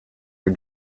her